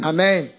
Amen